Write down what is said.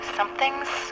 Something's